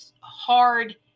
hard